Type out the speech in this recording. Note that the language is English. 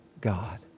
God